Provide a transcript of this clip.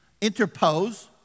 interpose